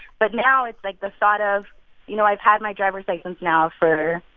but now it's like the thought of you know, i've had my driver's license now for,